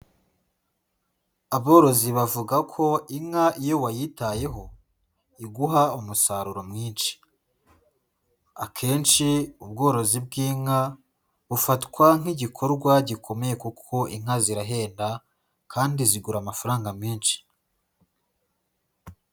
Aborozi bavuga ko inka iyo wayitayeho iguha umusaruro mwinshi, akenshi ubworozi bw'inka bufatwa nk'igikorwa gikomeye kuko inka zirahenda kandi zigura amafaranga menshi.